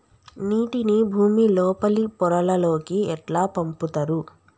నీటిని భుమి లోపలి పొరలలోకి ఎట్లా పంపుతరు?